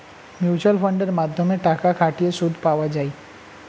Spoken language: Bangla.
মিউচুয়াল ফান্ডের মাধ্যমে টাকা খাটিয়ে সুদ পাওয়া যায়